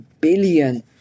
billion